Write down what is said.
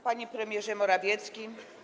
Panie Premierze Morawiecki!